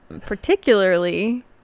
particularly